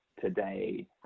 today